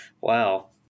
Wow